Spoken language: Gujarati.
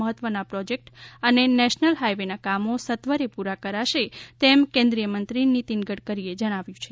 મહત્વના પ્રોજેક્ટો અને નેશનલ હાઇવેના કામો સત્વરે પૂરા કરાશે તેમ કેન્દ્રિય મંત્રી નિતીન ગડકરીએ જણાવ્યું છે